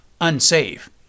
unsafe